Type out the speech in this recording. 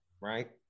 right